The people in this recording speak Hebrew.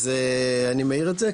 אז אני מעיר את זה,